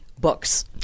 books